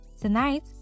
Tonight